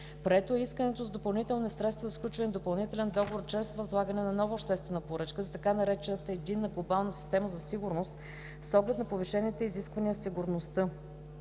Прието е и искането за допълнителни средства за сключване на допълнителен договор чрез възлагане на нова обществена поръчка за така наречената „Единна глобална система за сигурност“ с оглед на повишените изисквания в сигурността.